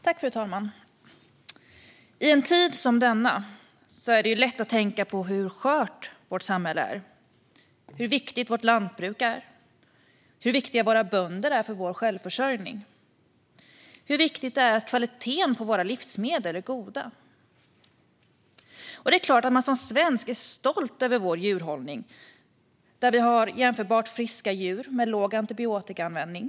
Fru talman! I en tid som denna är det lätt att tänka på hur skört vårt samhälle är, hur viktigt vårt lantbruk är, hur viktiga våra bönder är för vår självförsörjning och hur viktigt det är att kvaliteten på våra livsmedel är god. Det är klart att man som svensk är stolt över vår djurhållning, där vi har jämförbart friska djur och låg antibiotikaanvändning.